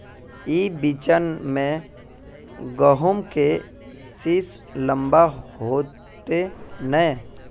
ई बिचन में गहुम के सीस लम्बा होते नय?